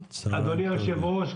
אדוני היושב-ראש,